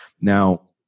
Now